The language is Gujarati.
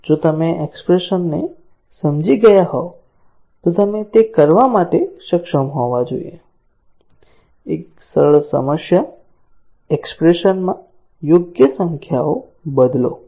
જો તમે એક્ષ્પ્રેશન ને સમજી ગયા હોવ તો તમે તે કરવા માટે સક્ષમ હોવા જોઈએ એક સરળ સમસ્યા એક્ષ્પ્રેશન માં યોગ્ય સંખ્યાઓ બદલો